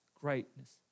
greatness